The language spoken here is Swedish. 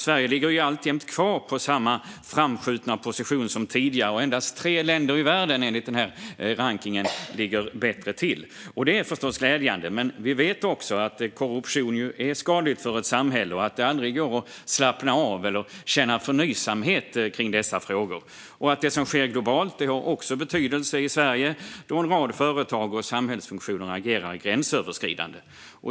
Sverige ligger alltjämt kvar på samma framskjutna position som tidigare - endast tre länder i världen ligger bättre till, enligt denna rankning. Det är förstås glädjande, men vi vet att korruption är skadligt för ett samhälle och att det aldrig går att slappna av eller känna förnöjsamhet kring dessa frågor. Det som sker globalt har också betydelse i Sverige, då en rad företag och samhällsfunktioner agerar gränsöverskridande.